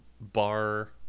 bar